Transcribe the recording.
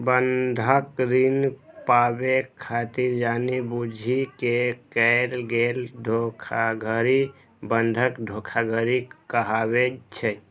बंधक ऋण पाबै खातिर जानि बूझि कें कैल गेल धोखाधड़ी बंधक धोखाधड़ी कहाबै छै